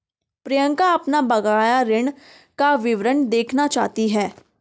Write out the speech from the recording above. प्रियंका अपना बकाया ऋण का विवरण देखना चाहती है